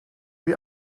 wie